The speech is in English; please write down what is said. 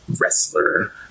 wrestler